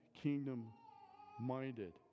kingdom-minded